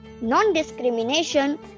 non-discrimination